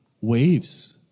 Waves